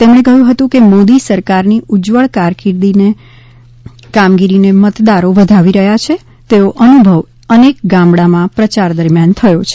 તેમણે કહ્યું હતું કે મોદી સરકારની ઉજ્જવળ કામગીરીને મતદારો વધાવી રહ્યા છે તેવો અનુભવ અનેક ગામડામાં પ્રચાર દરમ્યાન થયો છે